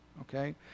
okay